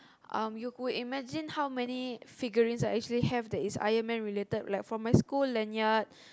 um you could imagine how many figurines I actually have that is Iron-man related like my school lanyard